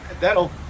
that'll